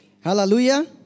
Hallelujah